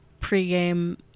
pregame